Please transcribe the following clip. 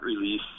release